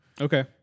Okay